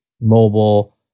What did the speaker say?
mobile